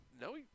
No